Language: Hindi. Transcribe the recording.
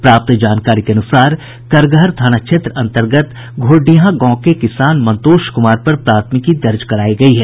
प्राप्त जानकारी के अनुसार करगहर थाना क्षेत्र अन्तर्गत घोरडीहां गांव के किसान मंतोष कुमार पर प्राथमिकी दर्ज करायी गयी है